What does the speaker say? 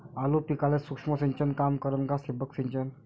आलू पिकाले सूक्ष्म सिंचन काम करन का ठिबक सिंचन?